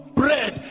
bread